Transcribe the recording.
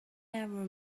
ever